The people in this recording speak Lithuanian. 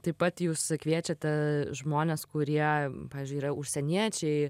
taip pat jūs kviečiate žmones kurie pavyzdžiui yra užsieniečiai